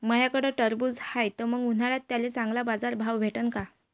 माह्याकडं टरबूज हाये त मंग उन्हाळ्यात त्याले चांगला बाजार भाव भेटन का?